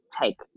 take